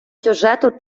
сюжету